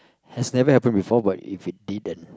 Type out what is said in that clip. has never happen before but if we didn't